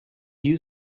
you